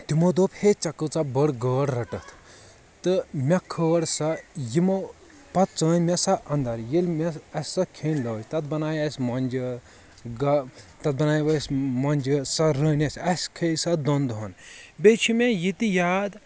تِمو دوٚپ ہے ژےٚ کۭژاہ بٔڑ گٲڈ رٔٹتھ تہٕ مےٚ کھٲج سۄ یِمو پتہٕ ژٲنۍ مےٚ سۄ انٛدر ییٚلہِ مےٚ اسہِ سۄ کھیٚنۍ لٲج تتھ بنایہِ اسہِ مۄنٚجہِ گا تتھ بنٲے اسہِ مۄنٚجہِ سۄ رٔنۍ اسہِ کھیٚے سۄ دۄن دۄہن بییٚہِ چھُ مےٚ یہِ تہِ یاد